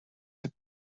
that